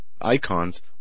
icons